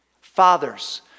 Fathers